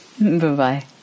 Bye-bye